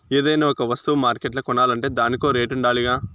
ఏదైనా ఒక వస్తువ మార్కెట్ల కొనాలంటే దానికో రేటుండాలిగా